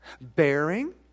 bearing